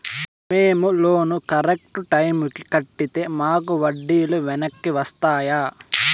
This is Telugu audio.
మేము లోను కరెక్టు టైముకి కట్టితే మాకు వడ్డీ లు వెనక్కి వస్తాయా?